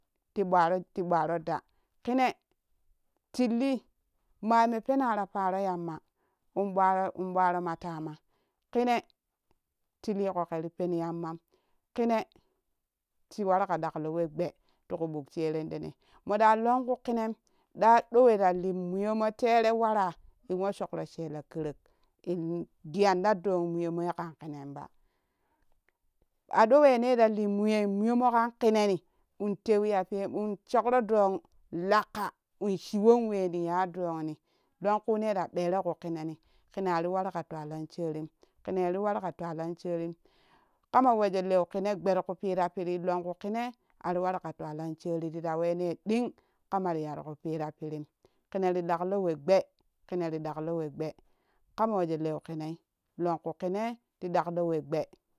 Ti ɓwaro ti ɓwara da kine tilir ma me pena ta paro yamma in lowa ro ku ɓwaroma tama kine ti lika kiri pen yammam kine ti waru ka ɗaklowe gbee ti ku buk sherentine moɗa lanku kinem ɗa dowe ra li muyomo tere wara in wa shokro shila kerek in gin ta dang mu yon moi ken kinem ba ado wene ta li muyo mokam kineni in tewi ya in shokro doong lakka in shiiwor weni ya dangni lankune ra ɓero ku kine ni kine ari waru ka twalan sherem kinei ti waru ka twalan sherim kama wejjo leu kine gbee ti ku piira piiri lonka kine ari waru ka twala sheri tira wene ɗing kama ri ya riku pira pirim kine ti ɗak lo we gbee kine ti ɗaklowe gbee kama wejo lew kinei longku kine ti ɗaklowe gbee